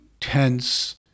tense